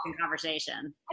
conversation